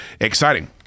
exciting